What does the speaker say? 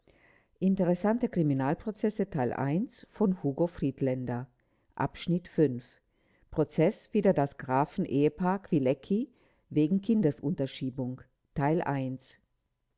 zulässigen strafe von hugo friedländer prozeß wider das grafen ehepaar kwilecki wegen kindesunterschiebung